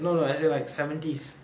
no no as in like seventies